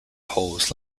holes